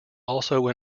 also